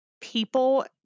people